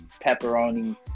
pepperoni